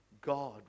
god